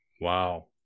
Wow